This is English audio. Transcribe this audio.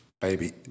baby